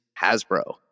Hasbro